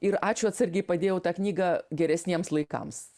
ir ačiū atsargiai padėjau tą knygą geresniems laikams